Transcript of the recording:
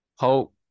Hope